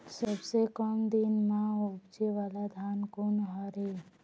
सबसे कम दिन म उपजे वाला धान कोन हर ये?